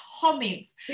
comments